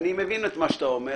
אני מבין מה שאתה אומר.